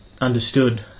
understood